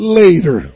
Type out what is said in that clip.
later